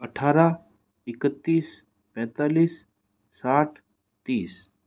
अठारह इक्कतीस पैंतालीस साठ तीस